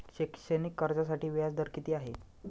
शैक्षणिक कर्जासाठी व्याज दर किती आहे?